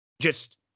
Just-